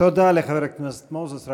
תודה לחבר הכנסת מוזס.